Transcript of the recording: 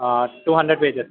two hundred pages